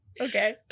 Okay